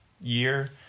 year